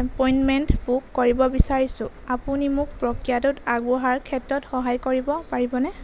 appointment book কৰিব বিচাৰিছোঁ আপুনি মোক প্ৰক্ৰিয়াটোত আগবঢ়াৰ ক্ষেত্ৰত সহায় কৰিব পাৰিবনে